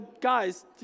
Guys